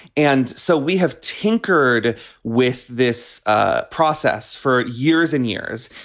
and so we have tinkered with this ah process for years and years.